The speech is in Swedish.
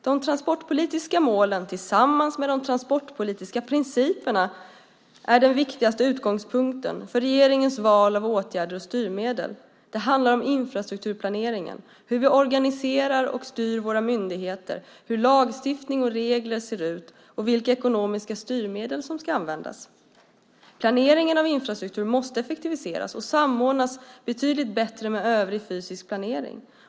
De transportpolitiska målen tillsammans med de transportpolitiska principerna är den viktigaste utgångspunkten för regeringens val av åtgärder och styrmedel. Det handlar om infrastrukturplaneringen, hur vi organiserar och styr våra myndigheter, hur lagstiftning och regler ser ut och vilka ekonomiska styrmedel som ska användas. Planeringen av infrastruktur måste effektiviseras och samordnas betydligt bättre med övrig fysisk planering.